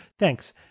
Thanks